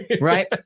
right